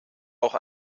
auch